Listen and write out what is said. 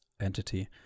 entity